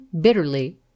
bitterly